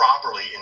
properly